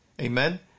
Amen